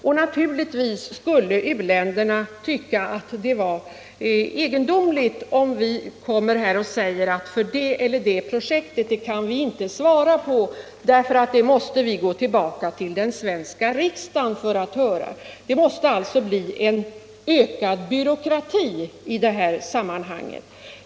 Och naturligtvis skulle u-länderna tycka att det var egendomligt om vi sade att det eller det projektet kan vi inte ge några löften om, därför att vi först måste fråga den svenska riksdagen. Det måste leda till en ökad byråkrati i detta sammanhang.